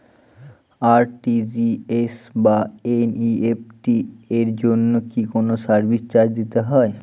RTGS বা NEFT এর জন্য কি কোনো সার্ভিস চার্জ দিতে হয়?